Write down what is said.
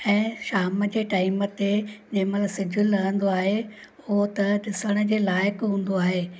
ऐं शाम जे टाइम ते जंहिं महिल सिजु लहंदो आहे उहो त ॾिसण जे लाइक़ु हूंदो आहे